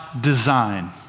design